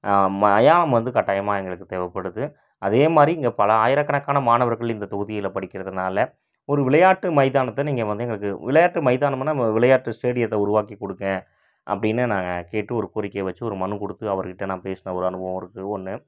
மயானம் வந்து கட்டாயமாக எங்களுக்கு தேவைப்படுது அதேமாதிரி இங்கே பல ஆயிரக்கணக்கான மாணவர்கள் இந்த தொகுதியில் படிக்கிறதினால ஒரு விளையாட்டு மைதானத்தை நீங்கள் வந்து எங்களுக்கு விளையாட்டு மைதானம்னால் விளையாட்டு ஸ்டேடியத்தை உருவாக்கி கொடுங்க அப்படின்னு நாங்கள் கேட்டு ஒரு கோரிக்கை வெச்சு ஒரு மனு கொடுத்து அவர்கிட்டே நான் பேசிய ஒரு அனுபவம் இருக்கு ஒன்று